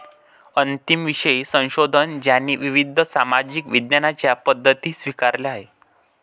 अंतिम विषय संशोधन ज्याने विविध सामाजिक विज्ञानांच्या पद्धती स्वीकारल्या आहेत